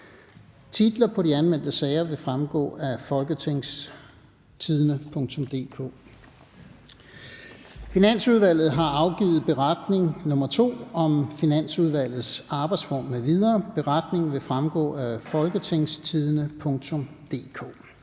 Titler på de anmeldte sager vil fremgå af www.folketingstidende.dk (jf. ovenfor.). Finansudvalget har afgivet Beretning om Finansudvalgets arbejdsform m.v. (Beretning nr. 2). Beretningen vil fremgå af www.folketingstidende.dk.